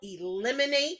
eliminate